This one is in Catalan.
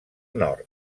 nord